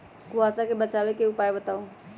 कुहासा से बचाव के उपाय बताऊ?